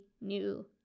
new